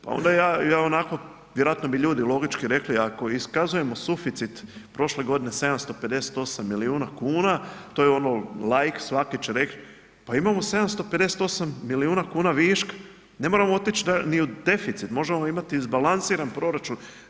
Pa onda ja onako, vjerojatno bi ljudi logički rekli ako iskazujemo suficit prošle godine 758 milijuna kuna, to je ono laik, svaki će reći pa imamo 758 milijuna kuna viška, ne moramo otići ni u deficit, možemo imati izbalansiran proračun.